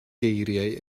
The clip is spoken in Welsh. geiriau